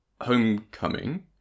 Homecoming